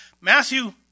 Matthew